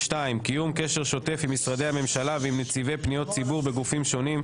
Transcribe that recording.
קיום קשר שוטף עם משרדי הממשלה ועם נציבי פניות ציבור בגופים שונים,